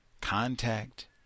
contact